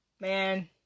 man